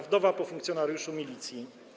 Wdowa po funkcjonariuszu Milicji.